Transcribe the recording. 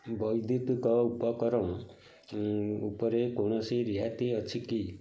ବୈଦ୍ୟୁତିକ ଉପକରଣ ଉପରେ କୌଣସି ରିହାତି ଅଛି କି